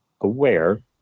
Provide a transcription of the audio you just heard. aware